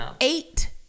Eight